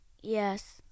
Yes